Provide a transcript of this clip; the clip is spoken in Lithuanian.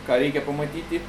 ką reikia pamatyti